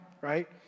right